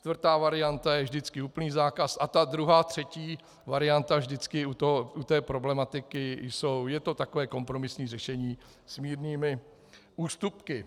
Čtvrtá varianta je vždycky úplný zákaz a ta druhá, třetí varianta vždycky u té problematiky jsou, je to takové kompromisní řešení s mírnými ústupky.